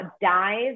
dive